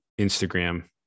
instagram